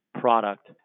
product